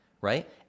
right